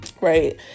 right